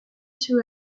two